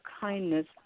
kindness